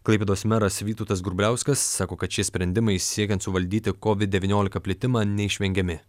klaipėdos meras vytautas grubliauskas sako kad šie sprendimai siekiant suvaldyti kovid devyniolika plitimą neišvengiami